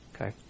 okay